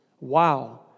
Wow